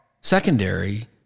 secondary